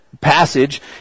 passage